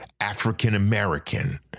African-American